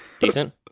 Decent